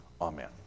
Amen